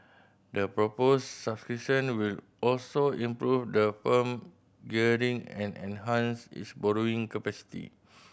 the proposed subscription will also improve the firm gearing and enhance its borrowing capacity